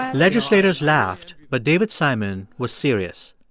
ah legislators laughed, but david simon was serious.